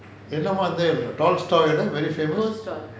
என்னமா அது:ennamaa athu toy story ah very famous